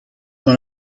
dans